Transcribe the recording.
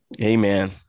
Amen